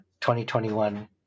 2021